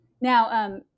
Now